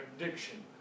addiction